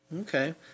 Okay